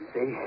See